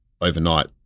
overnight